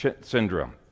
syndrome